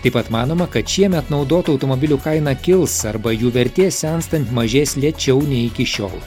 taip pat manoma kad šiemet naudotų automobilių kaina kils arba jų vertė senstant mažės lėčiau nei iki šiol